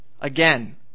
Again